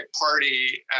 party